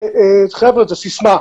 חבר'ה, זה סיסמא.